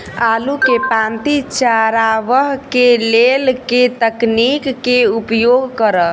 आलु केँ पांति चरावह केँ लेल केँ तकनीक केँ उपयोग करऽ?